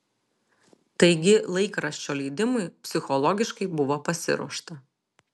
taigi laikraščio leidimui psichologiškai buvo pasiruošta